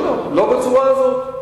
לא, לא בצורה הזאת.